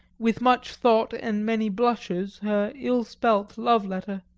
with much thought and many blushes, her ill-spelt love-letter,